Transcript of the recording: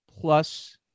plus